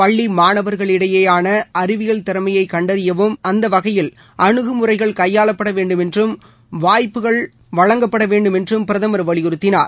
பள்ளி மாணவர்களிடையேயான அறிவியல் திறமையை கண்டறியும் வகையில் அனுகுமுறைகள் கையாளப்பட வேண்டும் என்றும் வாய்ப்புகள் வழங்கப்பட வேண்டும் என்றும் பிரதமர் வலியுறுத்தினார்